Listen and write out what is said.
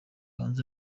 hanze